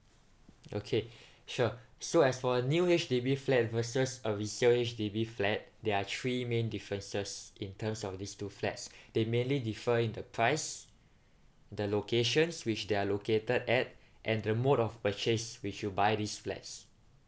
okay sure so as for a new H_D_B flat versus a resale H_D_B flat there are three main differences in terms of these two flats they mainly differ in the price the locations which they're located at and the mode of purchase which you buy this flats